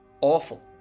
awful